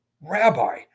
Rabbi